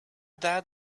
dad